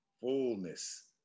fullness